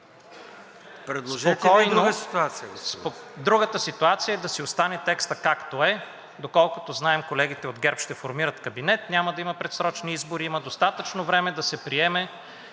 Предложете друга ситуация, господин